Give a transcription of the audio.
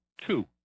two